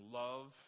love